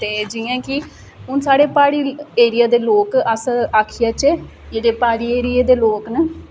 ते जि'यां कि हून साढ़े प्हाड़ी एरिया दे लोक अस आखी आचै जेह्ड़े प्हाड़ी एरिये दे लोक न